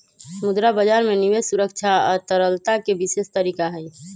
मुद्रा बजार में निवेश सुरक्षा आ तरलता के विशेष तरीका हई